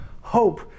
hope